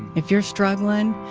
if you're struggling,